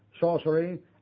sorcery